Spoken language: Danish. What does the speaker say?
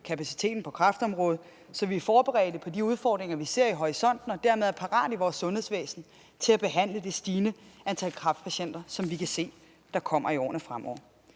kapaciteten på kræftområdet, så vi er forberedt på de udfordringer, vi ser i horisonten, og dermed er parat til i vores sundhedsvæsen at behandle det stigende antal kræftpatienter, som vi kan se der kommer i årene fremover.